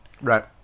right